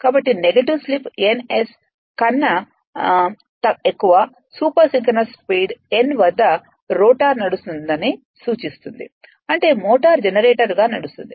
కాబట్టి negative slip n s కన్నా ఎక్కువ సూపర్ సింక్రోనస్ స్పీడ్ n వద్ద రోటర్ నడుస్తుందని సూచిస్తుంది అంటే మోటారు జనరేటర్గా నడుస్తోంది